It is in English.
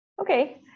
Okay